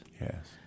yes